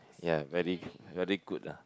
ya very very good lah